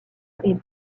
est